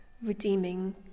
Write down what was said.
redeeming